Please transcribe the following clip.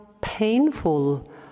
painful